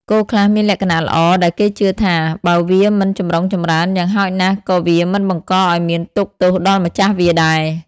គោខ្លះមានលក្ខណៈល្អ ដែលគេជឿថា បើវាមិនចម្រុងចម្រើន យ៉ាងហោចណាស់ក៏វាមិនបង្កឱ្យមានទុក្ខទោសដល់ម្ចាស់វាដែរ។